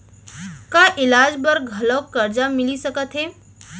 का इलाज बर घलव करजा मिलिस सकत हे?